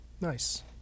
nice